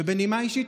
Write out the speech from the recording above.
בנימה אישית,